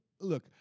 look